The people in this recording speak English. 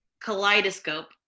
kaleidoscope